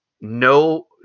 no